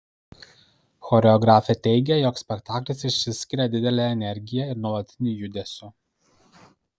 choreografė teigia jog spektaklis išsiskiria didele energija ir nuolatiniu judesiu